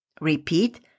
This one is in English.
Repeat